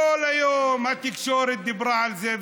כל היום התקשורת דיברה על זה,